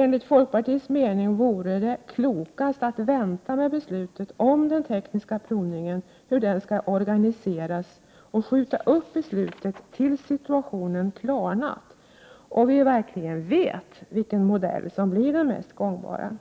Enligt folkpartiets mening vore det klokast att vänta med beslutet om hur den tekniska provningen skall organiseras och skjuta upp beslutet tills situationen klarnat och vi verkligen vet vilken modell som blir den mest gångbara.